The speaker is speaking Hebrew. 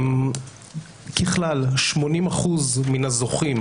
ככלל, 80% מן הזוכים